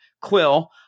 quill